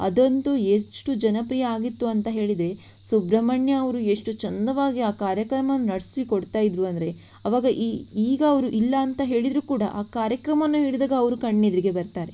ಅದಂತೂ ಎಷ್ಟು ಜನಪ್ರಿಯ ಆಗಿತ್ತು ಅಂತ ಹೇಳಿದರೆ ಸುಬ್ರಹ್ಮಣ್ಯ ಅವರು ಎಷ್ಟು ಚಂದವಾಗಿ ಆ ಕಾರ್ಯಕ್ರಮವನ್ನು ನಡೆಸಿ ಕೊಡ್ತಾ ಇದ್ದರು ಅಂದರೆ ಆವಾಗ ಈ ಈಗ ಅವರು ಇಲ್ಲ ಅಂತ ಹೇಳಿದರೂ ಕೂಡ ಆ ಕಾರ್ಯಕ್ರಮವನ್ನು ಹೇಳಿದಾಗ ಅವರು ಕಣ್ಣೆದುರಿಗೆ ಬರ್ತಾರೆ